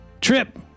trip